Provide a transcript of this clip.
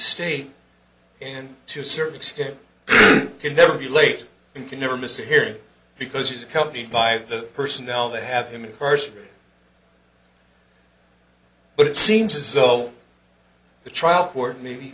state and to a certain extent can never be late he can never miss a hearing because he's accompanied by the personnel that have him in person but it seems as though the trial court may be